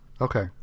Okay